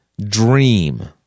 dream